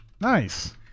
Nice